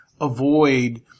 avoid